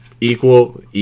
Equal